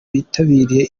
bitabiriye